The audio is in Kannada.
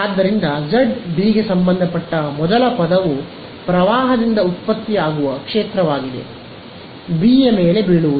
ಆದ್ದರಿಂದ z∈B ಮೊದಲ ಪದವು ಪ್ರವಾಹದಿಂದ ಉತ್ಪತ್ತಿಯಾಗುವ ಕ್ಷೇತ್ರವಾಗಿದೆ ಬಿ ಯ ಮೇಲೆ ಬೀಳುವುದು